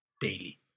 daily